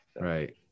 Right